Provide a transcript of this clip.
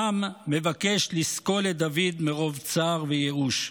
העם מבקש לסקול את דוד מרוב צער וייאוש.